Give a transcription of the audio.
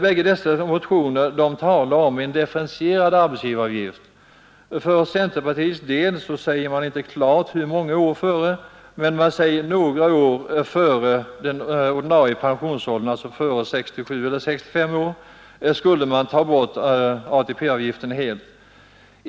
Bägge dessa motioner föreslår en differentierad arbetsgivaravgift. I centerpartiets motion säger man inte klart hur många år före pensionsåldern som man vill ta bort ATP-avgiften helt, utan man nöjer sig med ”några år före” pensionsåldern, dvs. före 67 eller 65 års ålder.